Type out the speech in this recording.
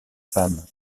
femme